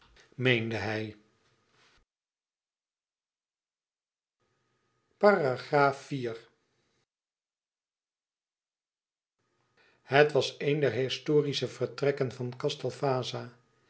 meende hij het was een der historische vertrekken van castel vaza